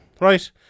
right